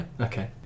Okay